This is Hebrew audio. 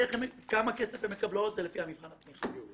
כמה כסף הן מקבלות זה לפי מבחן התמיכה.